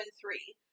three